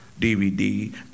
DVD